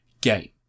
game